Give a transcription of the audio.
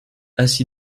assis